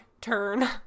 turn